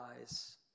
eyes